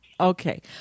Okay